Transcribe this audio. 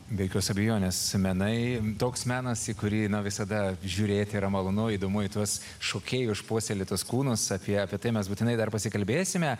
be jokios abejonės menai toks menas į kurį visada žiūrėti yra malonu įdomu į tuos šokėjų išpuoselėtus kūnus apie apie tai mes būtinai dar pasikalbėsime